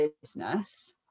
business